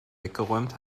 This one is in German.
weggeräumt